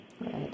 Right